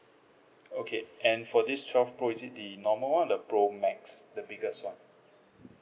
okay and for this twelve pro is it the normal one or the pro max the biggest one